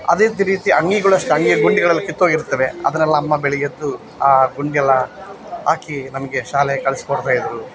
ಅದೇ ರೀತಿ ಅಂಗಿಗಳೂ ಅಷ್ಟೇ ಅಂಗಿಯ ಗುಂಡಿಗಳೆಲ್ಲ ಕಿತ್ತೊಗಿರುತ್ತವೆ ಅದನ್ನೆಲ್ಲ ಅಮ್ಮ ಬೆಳಗ್ಗೆದ್ದು ಆ ಗುಂಡಿಯೆಲ್ಲ ಹಾಕಿ ನಮಗೆ ಶಾಲೆಗೆ ಕಳ್ಸಿ ಕೊಡ್ತಾಯಿದ್ದರು